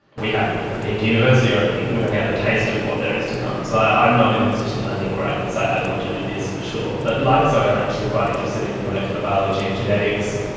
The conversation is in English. we haven't you know been to university or anything, we've only had a taste of what there is to come. so i'm not in a position i think where i can say i want to do this for sure. but like zoe i'm actually quite interested in molecular biology and genetics.